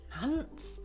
months